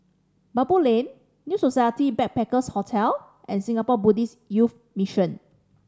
Baboo Lane New Society Backpackers' Hotel and Singapore Buddhist Youth Mission